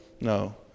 No